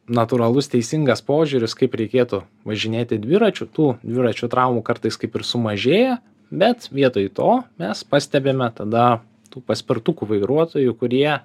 natūralus teisingas požiūris kaip reikėtų važinėti dviračiu tų dviračių traumų kartais kaip ir sumažėja bet vietoj to mes pastebime tada tų paspirtukų vairuotojų kurie